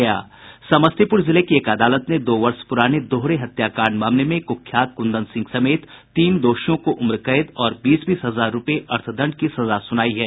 समस्तीपुर जिले की एक अदालत ने दो वर्ष दोहरे हत्याकांड मामले में कुख्यात कुंदन सिंह समेत तीन दोषियों को उम्रकैद और बीस बीस हजार रुपये अर्थदंड की सजा सुनायी है